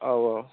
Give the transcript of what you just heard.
औ औ